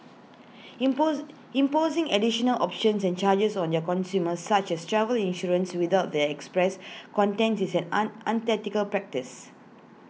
impose imposing additional options and charges on their consumers such as travel insurance without their express content is an unethical practice